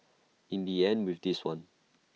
in IT ends with this one